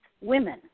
women